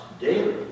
daily